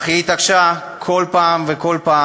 אך היא התעקשה בכל פעם,